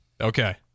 Okay